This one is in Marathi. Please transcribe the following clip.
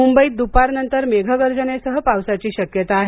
मुंबईत दुपारनंतर मेघगर्जनेसह पावसाची शक्यता आहे